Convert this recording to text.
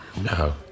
No